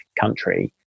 country